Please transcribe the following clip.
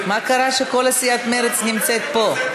מה קרה שכל סיעת מרצ נמצאת פה?